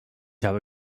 habe